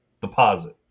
Deposit